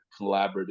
collaborative